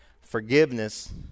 forgiveness